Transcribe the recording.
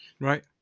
right